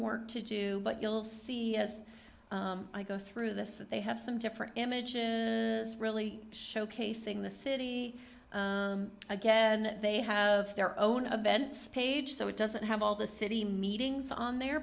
work to do but you'll see as i go through this that they have some different images really showcasing the city again they have their own of bents page so it doesn't have all the city meetings on there